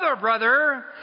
brother